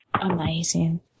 amazing